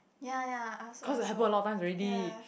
ya ya I also I also ya